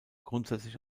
grundsätzlich